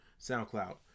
SoundCloud